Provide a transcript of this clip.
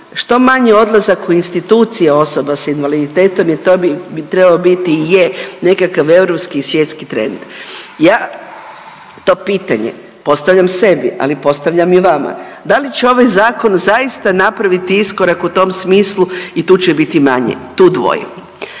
što manji odlazak u institucije osoba s invaliditetom jer to bi trebalo biti i je nekakav europski i svjetski trend. Ja to pitanje postavljam sebi, ali postavljam i vama, da li će ovaj zakon zaista napraviti iskorak u tom smislu i tu će biti manje, tu dvojim.